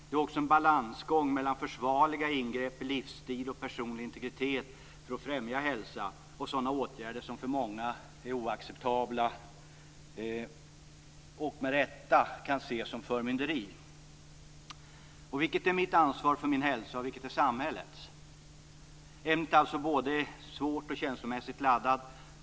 Det är också en balansgång mellan försvarliga ingrepp i livsstil och personlig integritet för att främja hälsa, och åtgärder som för många är oacceptabla och med rätta kan ses som förmynderi. Vilket är mitt ansvar för min hälsa och vilket är samhällets? Ämnet är både svårt och känslomässigt laddat.